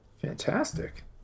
fantastic